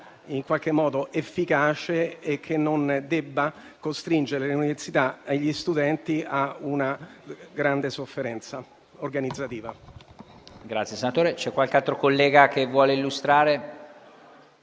norma che sia efficace e non debba costringere le università e gli studenti a una grande sofferenza organizzativa.